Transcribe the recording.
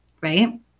right